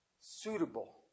suitable